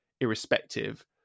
irrespective